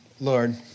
Lord